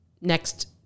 next